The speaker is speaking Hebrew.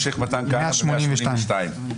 הסתייגות 182, בבקשה.